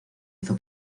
hizo